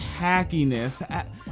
tackiness